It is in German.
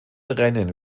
rennen